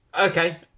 Okay